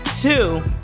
Two